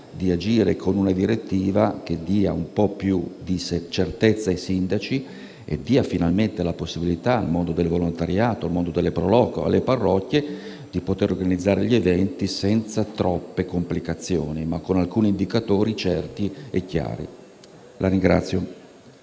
di agire con una direttiva che dia un po' più di certezza ai sindaci e consenta finalmente al mondo del volontariato, delle *pro loco* e delle parrocchie di poter organizzare gli eventi senza troppe complicazioni, ma con alcuni indicatori certi e chiari.